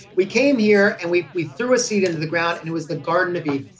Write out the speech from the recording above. we came here and we we threw a seed into the ground and it was the garden of eden.